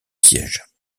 sièges